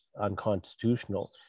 unconstitutional